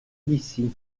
d’ici